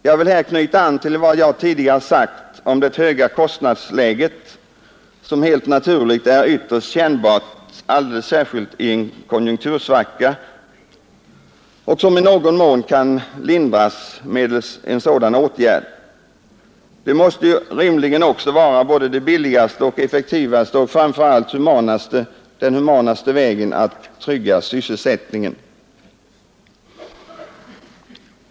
Jag vill här knyta an till vad jag tidigare sagt om det höga kostnadsläget, som helt naturligt är ytterst kännbart, alldeles särskilt i en konjunktursvacka, och som i någon mån kan lindras genom en sådan åtgärd. Det måste rimligen också vara den billigaste, effektivaste och framför allt humanaste vägen att trygga sysselsättningen.